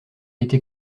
été